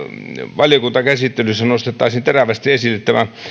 valiokuntakäsittelyssä nostettaisiin terävästi esille tämä